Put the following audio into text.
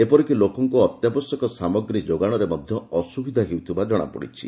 ଏପରିକି ଲୋକଙ୍କୁ ଅତ୍ୟାବଶ୍ୟକ ସାମଗ୍ରୀ ଯୋଗାଣରେ ମଧ୍ୟ ଅସୁବିଧା ହେଉଥିବା ଜଣାପଡ଼ିଛି